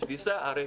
הרי